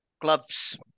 Gloves